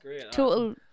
total